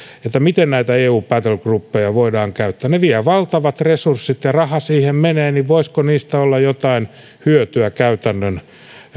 siitä miten näitä eu battlegroupeja voidaan käyttää kun ne vievät valtavat resurssit ja rahaa siihen menee niin voisiko niistä olla jotain hyötyä käytännön